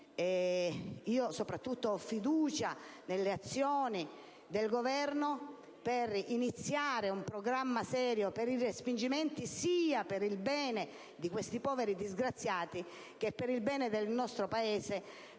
personalmente ho fiducia nelle azioni del Governo - un programma serio per i respingimenti, sia per il bene di questi poveri disgraziati, che per il bene del nostro Paese,